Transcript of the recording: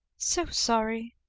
so sorry.